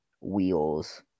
wheels